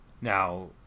Now